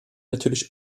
natürlich